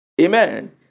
Amen